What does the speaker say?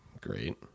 Great